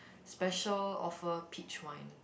special offer peach wine